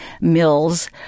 mills